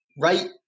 right